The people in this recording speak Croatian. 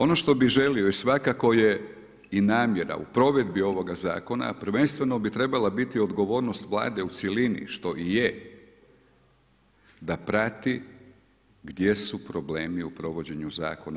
Ono što bi želio i svakako je i namjera u provedbi ovoga zakona, a prvenstveno bi trebala biti odgovornost Vlade u cjelini, što i je, da prati, gdje su problemi u provođenju zakona.